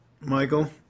Michael